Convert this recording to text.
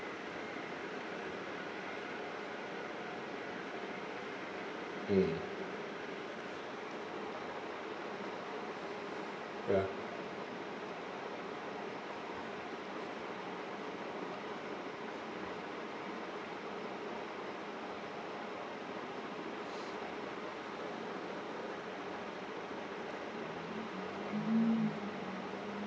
mm ya